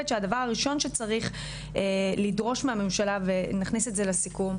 שהדבר הראשון שצריך לדרוש מהממשלה ונכניס את זה לסיכום,